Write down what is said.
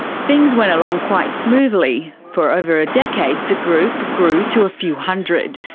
things went along quite smoothly. for over a decade, the group grew to a few hundred.